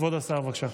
כבוד השר, בבקשה.